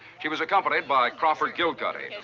she was accompanied by crawford gilcuddy,